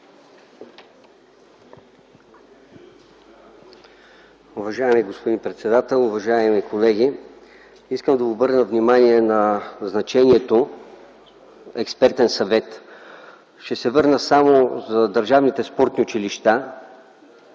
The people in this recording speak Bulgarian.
Уважаеми господин председател, уважаеми колеги, искам да обърна внимание на значението Експертен съвет. Ще се върна само за държавните спортни училища.